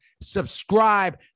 Subscribe